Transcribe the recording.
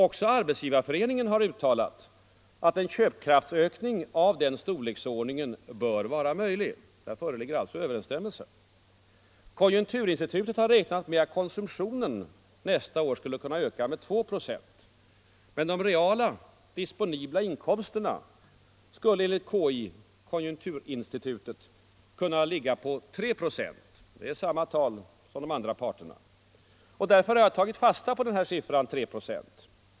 Också Arbetsgivareföreningen har uttalat att en köpkraftsökning av denna storleksordningen bör vara möjlig. I det avseendet föreligger alltså överensstämmelse i uppfattningarna. Konjunkturinstitutet har räknat med att konsumtionen nästa år skulle kunna öka med 2 procent. De reala disponibla inkomsterna skulle enligt konjunkturinstitutet kunna ligga på 3 procent. Det är samma tal som de andra parterna angivit. Därför har jag tagit fasta på siffran 3 procent.